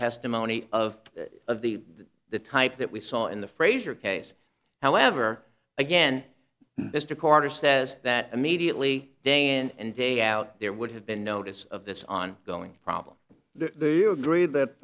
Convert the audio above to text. testimony of of the the type that we saw in the fraser case however again mr carter says that immediately day and day out there would have been notice of this on going problem the you agreed that